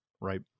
right